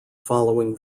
following